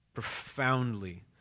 profoundly